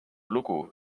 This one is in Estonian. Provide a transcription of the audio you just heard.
lugu